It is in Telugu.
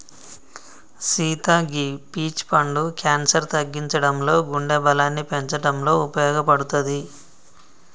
సీత గీ పీచ్ పండు క్యాన్సర్ తగ్గించడంలో గుండె బలాన్ని పెంచటంలో ఉపయోపడుతది